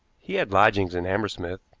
he had lodgings in hammersmith.